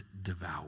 devour